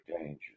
danger